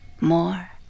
More